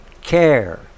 care